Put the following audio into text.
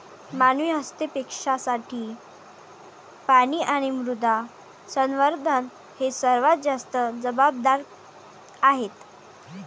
मानवी हस्तक्षेपासाठी पाणी आणि मृदा संवर्धन हे सर्वात जास्त जबाबदार आहेत